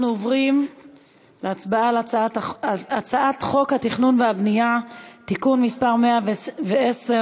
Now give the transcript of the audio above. אנחנו עוברים להצבעה על הצעת חוק התכנון והבנייה (תיקון מס' 110,